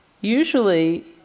Usually